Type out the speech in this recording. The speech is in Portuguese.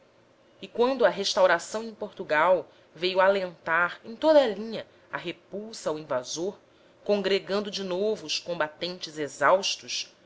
e quando a restauração em portugal veio alentar em toda a linha a repulsa ao invasor congregando de novo os combatentes exaustos